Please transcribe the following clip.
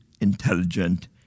intelligent